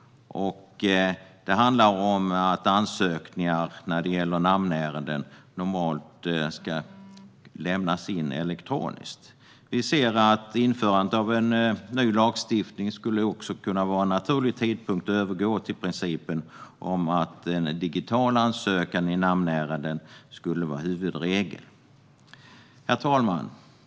Det handlar om att ansökningar när det gäller namnärenden normalt ska lämnas in elektroniskt. Vi ser att införandet av en ny lagstiftning också skulle kunna vara en naturlig tidpunkt att övergå till principen att digital ansökan i namnärenden ska vara huvudregel. Herr talman!